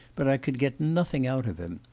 but i could get nothing out of him.